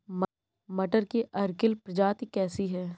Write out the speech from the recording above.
मटर की अर्किल प्रजाति कैसी है?